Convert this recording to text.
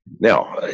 Now